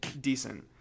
decent